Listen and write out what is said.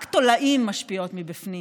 רק תולעים משפיעות מבפנים.